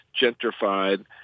gentrified